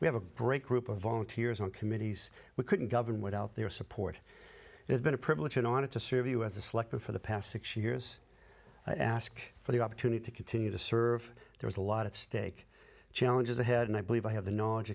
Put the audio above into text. we have a break group of volunteers on committees we couldn't govern without their support it has been a privilege and i wanted to serve you as a selector for the past six years ask for the opportunity to continue to serve there's a lot at stake challenges ahead and i believe i have the knowledge